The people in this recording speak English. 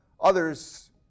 Others